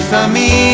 army,